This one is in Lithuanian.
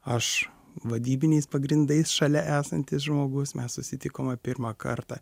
aš vadybiniais pagrindais šalia esantis žmogus mes susitikome pirmą kartą